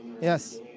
Yes